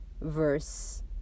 verse